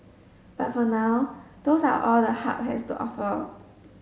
but for now those are all the Hub has to offer